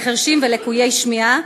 לחירשים ולקויי שמיעה,